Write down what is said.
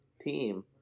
team